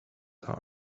heart